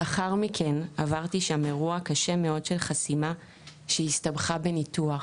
לאחר מכן עברתי שם אירוע קשה מאוד של חסימה שהסתבכה בניתוח.